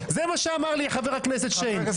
חבר הכנסת קרעי, די.